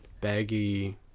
baggy